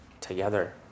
together